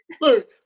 Look